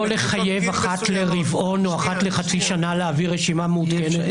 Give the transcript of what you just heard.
לחייב אחת לרבעון או אחת לחצי שנה להעביר רשימה מעודכנת?